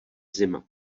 zima